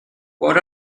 what